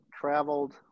traveled